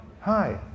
hi